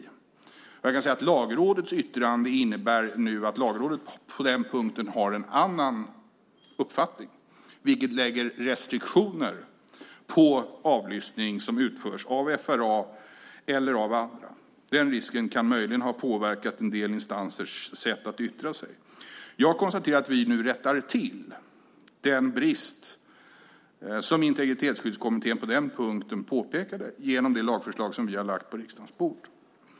Jag kan även säga att Lagrådets yttrande nu innebär att Lagrådet på den punkten har en annan uppfattning, vilket lägger restriktioner på avlyssning som utförs av FRA eller av andra. Den risken kan möjligen ha påverkat en del instansers sätt att yttra sig. Jag konstaterar att vi nu rättar till den brist som Integritetsskyddskommittén på den punkten pekat på. Det gör vi genom det lagförslag som vi lagt på riksdagens bord.